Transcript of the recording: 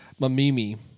Mamimi